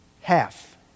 half